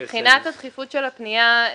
מבחינת הדחיפות של הפנייה,